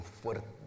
fuerte